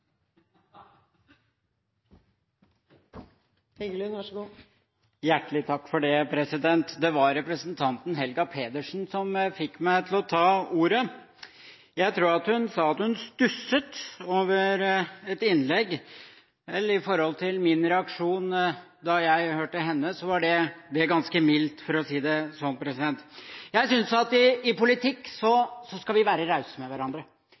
Det var representanten Helga Pedersen som fikk meg til å ta ordet. Jeg tror hun sa at hun stusset over et innlegg. Vel, sammenliknet med min reaksjon da jeg hørte henne, var det ganske mildt, for å si det slik. I politikken synes jeg vi skal være rause med hverandre. Vi skal skryte av hverandre der hvor man synes at motstandere gjør gode ting, og så skal vi